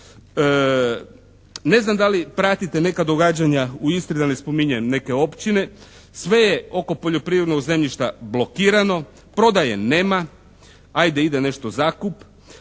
Ne znam da li pratite neka događanja u Istri, da ne spominjem neke općine. Sve je oko poljoprivrednog zemljišta blokirano, prodaje nema, ajde ide nešto u zakup,